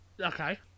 okay